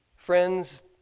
Friends